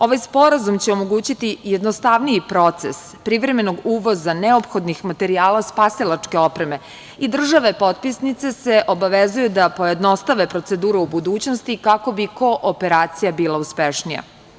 Ovaj sporazum će omogućiti i jednostavniji proces privremenog uvoza neophodnih materijala spasilačke opreme i države potpisnice se obavezuju da pojednostave proceduru u budućnosti kako bi kooperacija bila uspešnija.